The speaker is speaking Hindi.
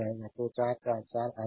तो 444 आ जाएंगे